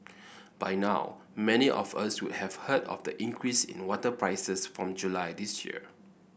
by now many of us would have heard of the increase in water prices from July this year